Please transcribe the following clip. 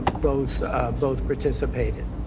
both both participated.